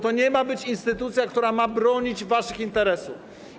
To nie ma być instytucja, która ma bronić waszych interesów.